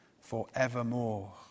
forevermore